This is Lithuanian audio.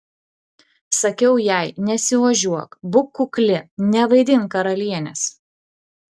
sakiau jai nesiožiuok būk kukli nevaidink karalienės